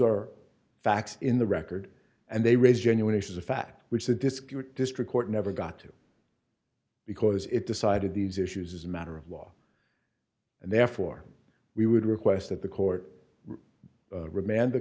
are facts in the record and they raise genuine issues a fact which the disk your district court never got to because it decided these issues as a matter of law and therefore we would request that the court remand the